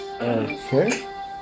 Okay